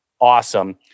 Awesome